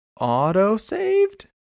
auto-saved